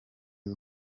izi